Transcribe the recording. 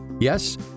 Yes